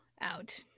out